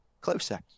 closer